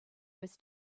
was